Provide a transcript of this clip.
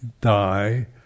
die